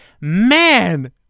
man